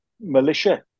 militia